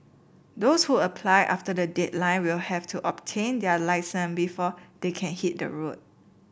those who apply after the deadline will have to obtain their lesson before they can hit the road